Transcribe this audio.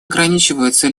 ограничиваются